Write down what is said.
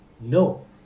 No